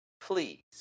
please